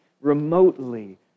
remotely